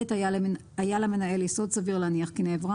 היה למנהל יסוד סביר להניח כי נעברה